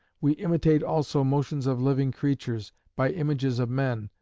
we imitate also motions of living creatures, by images, of men,